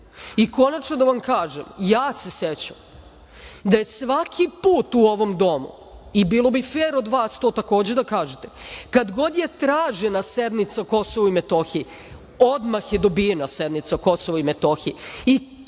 teme. Konačno, da vam kažem, ja se sećam da je svaki put u ovom domu, i bilo bi fer od vas to takođe da kažete, kad god je tražena sednica o Kosovu i Metohiji, odmah je dobijena sednica o Kosovu i Metohiji. Takođe,